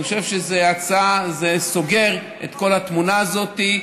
אני חושב שזה סוגר את כל התמונה הזאת.